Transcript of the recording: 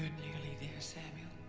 nearly there, samuel.